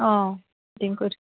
অঁ ফিটিং কৰি